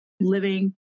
living